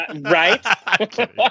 Right